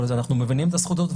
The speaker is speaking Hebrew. אנחנו מבינים את הזכות הזאת,